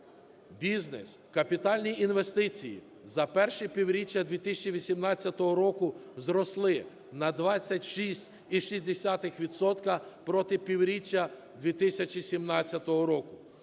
бізнес. Капітальні інвестиції за перше півріччя 2018 року зросли на 26,6 відсотка проти півріччя 2017 року.